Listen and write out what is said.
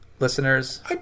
Listeners